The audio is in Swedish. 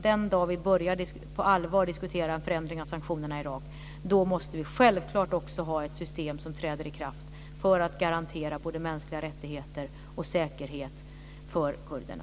Den dag vi på allvar börjar diskutera en förändring av sanktionerna i Irak måste vi självklart också ha ett system som träder i kraft för att garantera både mänskliga rättigheter och säkerhet för kurderna.